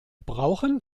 brauchen